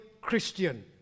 Christian